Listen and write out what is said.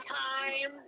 time